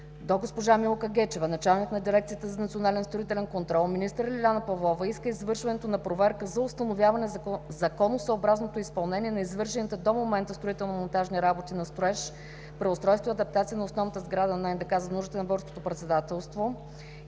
до госпожа Милка Гечева – началник на Дирекцията за национален строителен контрол, министър Лиляна Павлова иска извършването на проверка за установяване законосъобразното изпълнение на извършените до момента строително-монтажни работи на строеж „Преустройство и адаптация на основната сграда на НДК за нуждите на Българското председателство и